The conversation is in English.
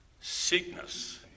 sickness